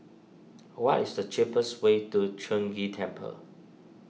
what is the cheapest way to Chong Ghee Temple